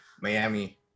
Miami